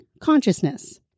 consciousness